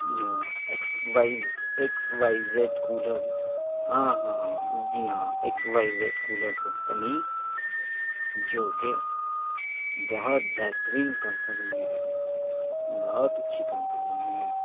جو X Y X Y Z cooler ہاں ہاں جی ہاں X Y Z cooler company جوکہ بہت بہترین کمپنی ہے بہت اچھی کمپنی ہے